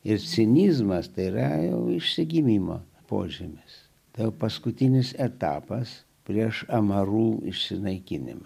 ir cinizmas tai yra jau išsigimimo požymis tai paskutinis etapas prieš amarų išsinaikinimą